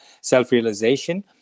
self-realization